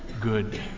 good